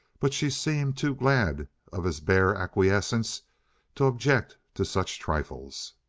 but she seemed too glad of his bare acquiescence to object to such trifles.